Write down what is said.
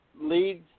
leads